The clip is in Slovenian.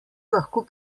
lahko